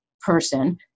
person